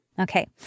Okay